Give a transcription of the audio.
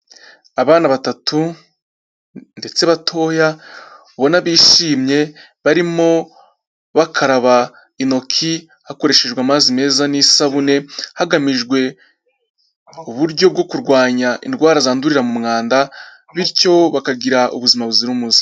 Abana batatu ndetse batoya ubona bishimye barimo bakaraba intoki, hakoreshejwe amazi meza n'isabune, hagamijwe uburyo bwo kurwanya indwara zandurira mu mwanda, bityo bakagira ubuzima buzira umuze.